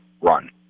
run